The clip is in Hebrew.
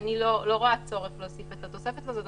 אני לא רואה צורך להוסיף את התוספת הזאת.